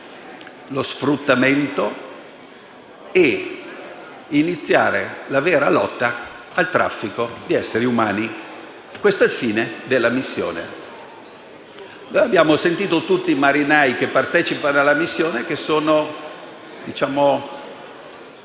lo sfruttamento e di iniziare la vera lotta al traffico di esseri umani. Questo è il fine della missione. Noi abbiamo sentito i marinai che partecipano alla missione e sono a